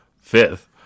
Fifth